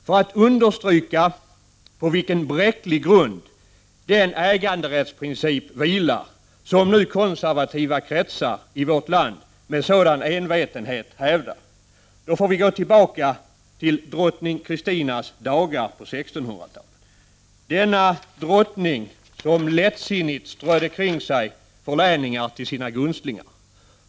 För att understryka på vilken bräcklig grund den äganderättsprincip vilar som nu konservativa kretsar i vårt land med sådan envetenhet hävdar, får vi gå tillbaka till drottning Kristinas dagar på 1600-talet, denna drottning som lättsinnigt strödde omkring sig förläningar till sina gunstlingar.